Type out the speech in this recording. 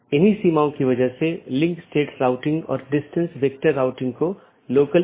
BGP पड़ोसी या BGP speaker की एक जोड़ी एक दूसरे से राउटिंग सूचना आदान प्रदान करते हैं